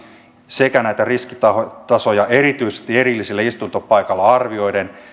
sekä näitä riskitasoja erityisesti erillisellä istuntopaikalla arvioiden